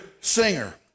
singer